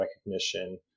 recognition